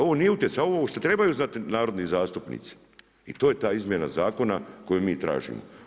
Ovo nije utjecaj ovo što trebaju znati narodni zastupnici i to je ta izmjena zakona koju mi tražimo.